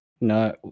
No